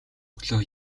өглөө